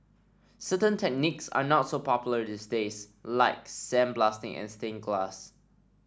certain techniques are not so popular these days like sandblasting and stained glass